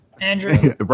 Andrew